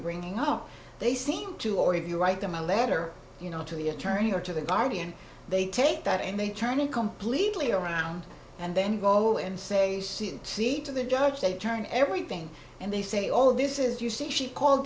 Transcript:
bringing up they seem to or if you write them a letter you know to the attorney or to the guardian they take that and they turn it completely around and then go and say see to the judge they turn everything and they say all this is you see she called